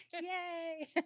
yay